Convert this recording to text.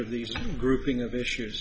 of these grouping of issues